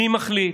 מי מחליט,